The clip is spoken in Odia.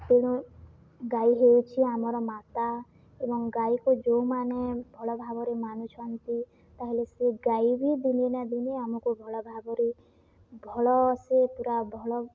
ତେଣୁ ଗାଈ ହେଉଛି ଆମର ମାତା ଏବଂ ଗାଈକୁ ଯେଉଁମାନେ ଭଲ ଭାବରେ ମାନୁଛନ୍ତି ତା'ହେଲେ ସେ ଗାଈ ବି ଦିନେ ନା ଦିନେ ଆମକୁ ଭଲ ଭାବରେ ଭଲସେ ପୁରା ଭଲ